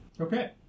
Okay